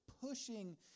pushing